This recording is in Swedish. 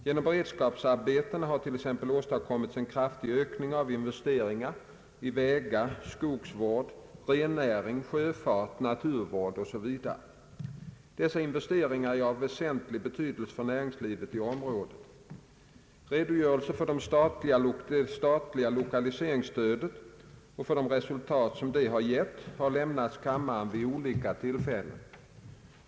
Genom beredskapsarbetena har t.ex. åstadkommits en kraftig ökning av investeringarna i vägar, skogsvård, rennäring, sjöfart, naturvård osv. Dessa investeringar är av väsentlig betydelse för näringslivet i området. Redogörelser för det statliga lokaliseringsstödet och för de resultat som detta har gett har lämnats kammaren vid olika tillfällen.